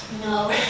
No